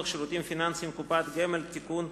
על שירותים פיננסיים (קופות גמל) (תיקון,